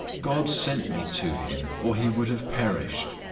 god sent me to him, or he would have perished.